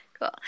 Cool